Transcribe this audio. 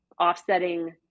offsetting